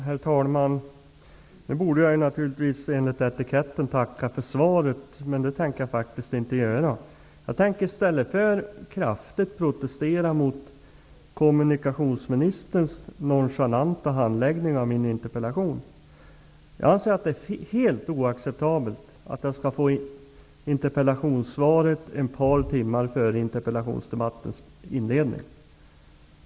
Herr talman! Nu borde jag enligt etiketten tacka för svaret, men det tänker jag faktiskt inte göra. Jag tänker i stället kraftigt protestera mot kommunikationsministerns nonchalanta handläggning av min interpellation. Jag anser att det är helt oacceptabelt att jag får interpellationssvaret ett par timmar innan interpellationsdebatten börjar.